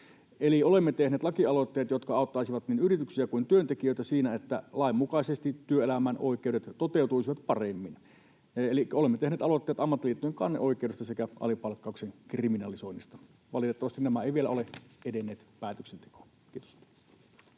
Olemme tehneet lakialoitteet, jotka auttaisivat niin yrityksiä kuin työntekijöitä siinä, että lain mukaisesti työelämän oikeudet toteutuisivat paremmin, elikkä olemme tehneet aloitteet ammattiliittojen kanneoikeudesta sekä alipalkkauksen kriminalisoinnista. Valitettavasti nämä eivät vielä ole edenneet päätöksentekoon. — Kiitos.